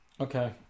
Okay